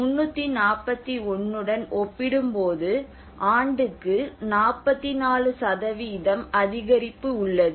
341 உடன் ஒப்பிடும்போது ஆண்டுக்கு 44 அதிகரிப்பு உள்ளது